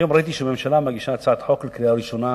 היום ראיתי שהממשלה מגישה הצעת חוק לקריאה ראשונה